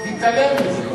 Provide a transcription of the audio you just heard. תתעלם מזה.